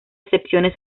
excepciones